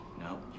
No